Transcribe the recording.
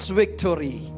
victory